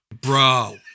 Bro